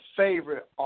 favorite